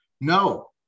No